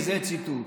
וזה ציטוט.